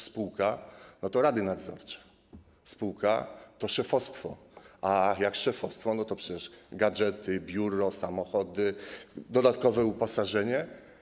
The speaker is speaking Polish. Spółka to rady nadzorcze, spółka to szefostwo, a jak szefostwo to przecież gadżety, biuro, samochody, dodatkowe uposażenie.